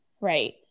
Right